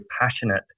passionate